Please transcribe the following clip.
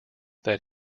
that